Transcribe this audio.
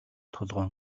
толгой